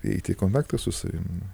eiti į kontaktą su savim